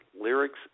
lyrics